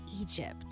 Egypt